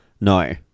No